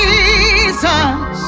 Jesus